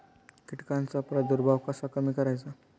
कीटकांचा प्रादुर्भाव कसा कमी करायचा?